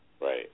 Right